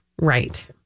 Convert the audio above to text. Right